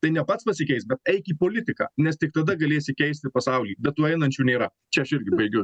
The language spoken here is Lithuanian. tai ne pats pasikeisk bet eik į politiką nes tik tada galėsi keisti pasaulį bet tų einančių nėra čia aš irgi baigiu